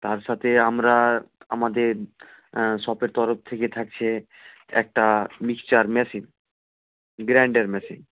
তার সাথে আমরা আমাদের শপের তরফ থেকে থাকছে একটা মিক্সচার মেশিন গ্রাইন্ডার মেশিন